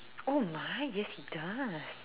oh my yes he does